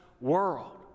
world